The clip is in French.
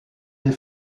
des